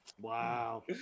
Wow